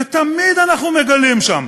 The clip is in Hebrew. ותמיד אנחנו מגלים שם